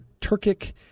Turkic